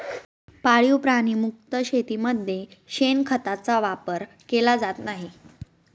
पाळीव प्राणी मुक्त शेतीमध्ये शेणखताचा वापर केला जात नाही